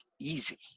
easy